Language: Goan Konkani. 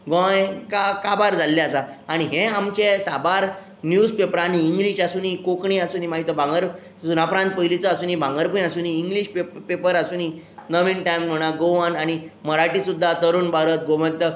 गोंय काबार जाल्लें आसा आनी हे आमचे साबार न्युज पेपरांनी इंग्लीश आसूनी कोंकणी आसूनी मागीर तो भांगर सुनापरांत पयलींचो आसुनी भांगरभूंय आसूनी इंग्लीश पेपर आसूनी नविन टायम म्हणात आनी गोवन मराठी सुद्दां तरुण भातर गोंमटक